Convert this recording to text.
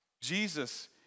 Jesus